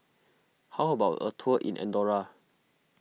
how about a tour in andorra